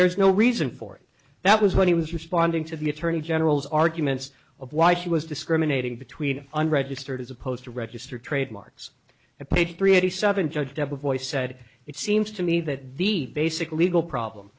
there's no reason for that was when he was responding to the attorney general's arguments of why she was discriminating between unregistered as opposed to register trademarks and page three eighty seven judge debra voice said it seems to me that the basic legal problem